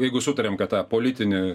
jeigu sutariam kad tą politinį